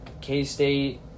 K-State